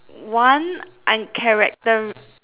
one uncharacteri~